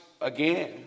again